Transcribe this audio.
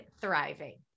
thriving